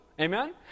amen